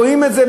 ורואים את זה,